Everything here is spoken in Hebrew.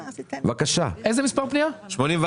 אני רפרנט